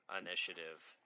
initiative